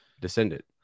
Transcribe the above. descendant